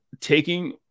taking